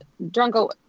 Drunko